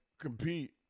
compete